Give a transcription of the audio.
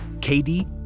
Katie